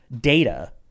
data